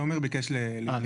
תומר ביקש להוסיף.